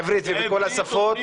בעברית בכל השפות,